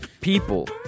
people